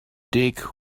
dig